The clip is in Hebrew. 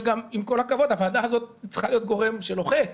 עם כל הכבוד, הוועדה הזאת צריכה להיות גורם שלוחץ.